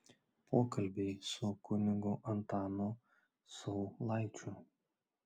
pokalbiai su kunigu antanu saulaičiu